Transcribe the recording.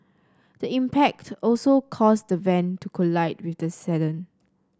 the impact also caused the van to collide with the sedan